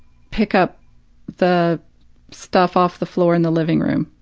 pick up the stuff off the floor in the living room,